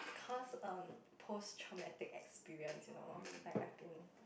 cause um post traumatic experience you know like I've been